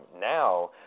now